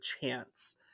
chance